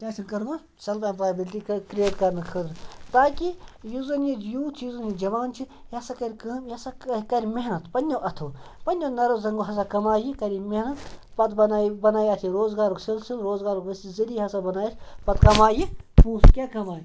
کیٛاہ چھِن کَرٕمٕژ سٮ۪لٕف ایٚمپلایبِلٹی کِرٛییٹ کَرنہٕ خٲطرٕ تاکہِ یُس زَن یہِ یوٗتھ چھُ یُس زَن یہِ جَوان چھِ یہِ ہَسا کَرِ کٲم یہِ ہَسا کَرِ محنت پنٛنیو اَتھو پنٛنیو نَریو زَنٛگو ہَسا کَمایہِ یہِ کَرِ یہِ محنت پَتہٕ بَنایہِ بَنایہِ اَتھ یہِ روزگارُک سِلسِل روزگارُک گٔژھ یہِ ذٔریعہِ ہَسا بَنایتھ پَتہٕ کَمایہِ یہِ پونٛسہٕ کیٛاہ کَمایہِ پونٛسہٕ